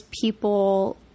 people